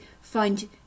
find